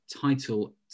title